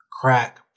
crack